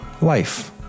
life